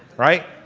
right?